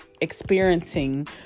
experiencing